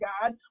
God